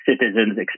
citizens